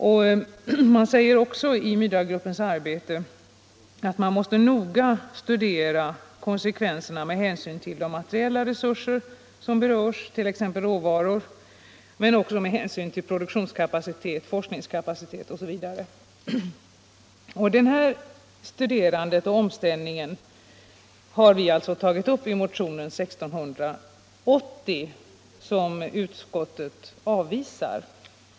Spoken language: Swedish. Det betonas också i Myrdalgruppens arbete att man noga måste studera konsekvenserna med hänsyn till de materialresurser som berörs, t.ex. råvaror, men också med hänsyn till produktionskapacitet, forskningskapacitet osv. Detta studerande och denna omställning har vi tagit upp i motionen 1680, som utskottet avvisar.